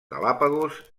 galápagos